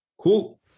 Cool